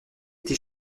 été